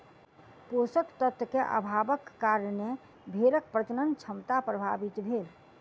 पोषक तत्व के अभावक कारणें भेड़क प्रजनन क्षमता प्रभावित भेल